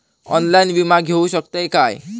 Online विमा घेऊ शकतय का?